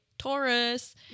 Taurus